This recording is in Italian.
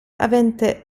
avente